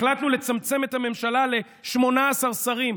החלטנו לצמצם את הממשלה ל-18 שרים,